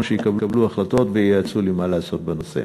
שיקבלו החלטות וייעצו לי מה לעשות בנושא.